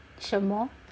什么